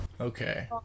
Okay